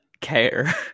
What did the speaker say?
care